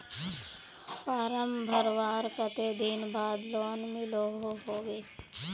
Form भरवार कते दिन बाद लोन मिलोहो होबे?